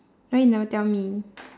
why you never tell me